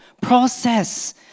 process